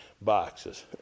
boxes